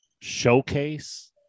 showcase